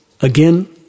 Again